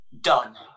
Done